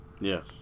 Yes